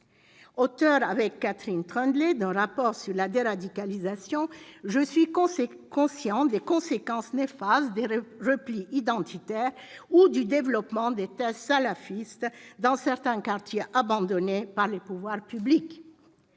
Auteure, avec Catherine Troendlé, d'un rapport sur la déradicalisation, je suis consciente des conséquences néfastes des replis identitaires ou du développement des thèses salafistes dans certains quartiers abandonnés par les pouvoirs publics.